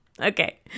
Okay